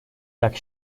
lac